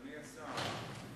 אדוני השר,